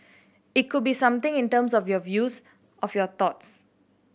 it could be something in terms of your views of your thoughts